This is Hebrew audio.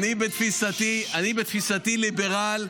-- אבל אני בתפיסתי ליברל,